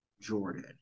Jordan